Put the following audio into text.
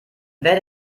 werde